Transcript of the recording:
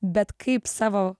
bet kaip savo